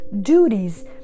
duties